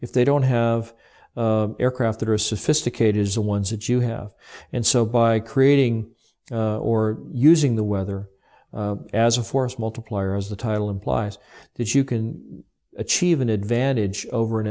if they don't have aircraft that are sophisticated as the ones that you have and so by creating or using the weather as a force multiplier as the title implies that you can achieve an advantage over an